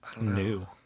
new